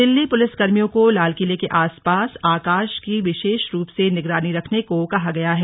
Delhi police कर्मियों को लाल किले के आसपास आकाश की विशेष रूप से निगरानी रखने को कहा गया है